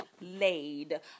laid